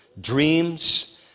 dreams